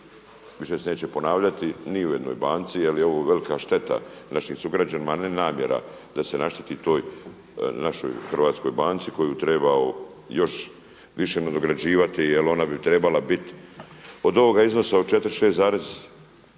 više se neće ponavljati ni u jednoj banci jer je ovo velika šteta našim sugrađanima, a ne namjera da se našteti toj našoj hrvatskoj banci koju treba još više nadograđivati jer ona bi t4rebala bit od ovoga iznosa 4,6